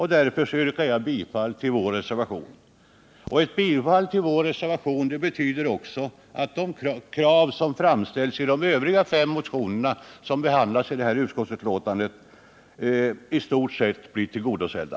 Därför yrkar jag bifall till vår reservation. Ett bifall till reservationen betyder också att de krav som framställs i de övriga fem motionerna som behandlas i detta utskottsbetänkande i stort sett blir tillgodosedda.